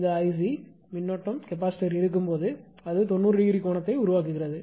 இந்த 𝐼𝑐மின்னோட்டம்கரண்ட் கெப்பாசிட்டர் இருக்கும் போது அது 90 ° கோணத்தை உருவாக்குகிறது